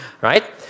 right